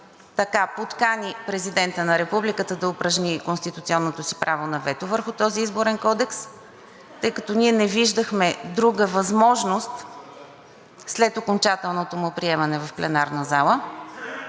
която подкани Президента на Републиката да упражни конституционното си право на вето върху този изборен кодекс, тъй като ние не виждахме друга възможност след окончателното му приемане в пленарната зала,